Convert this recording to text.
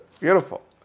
Beautiful